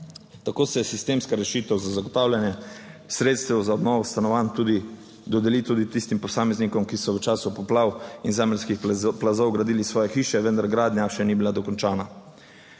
Tako se sistemska rešitev za zagotavljanje sredstev za obnovo stanovanj tudi dodeli tudi tistim posameznikom, ki so v času poplav in zemeljskih plazov gradili svoje hiše, vendar gradnja še ni bila dokončana.